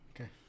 Okay